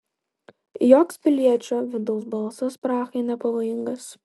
joks piliečio vidaus balsas prahai nepavojingas